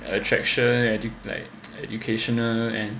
attraction like educational and